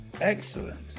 Excellent